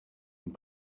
une